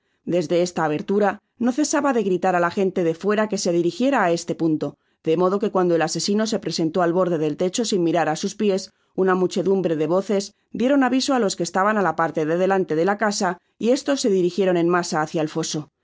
desde esta abertura no cesaba de gritar á la gente de fuera que se dirijiera á este punto de modo que cuando el asesino se presentó al borde del techo para mirar á sus piés una muchedumbre de voces dieron aviso á los que estaban á la parte de delante de la casa y estos se dirijieron en masa hacia